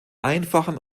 einfachen